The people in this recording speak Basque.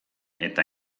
eta